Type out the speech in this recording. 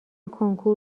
کنکور